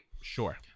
Sure